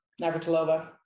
Navratilova